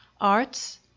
arts